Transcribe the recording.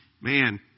Man